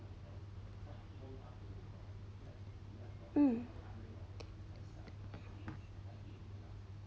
mm